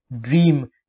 dream